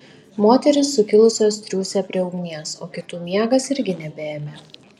moterys sukilusios triūsė prie ugnies o kitų miegas irgi nebeėmė